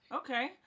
okay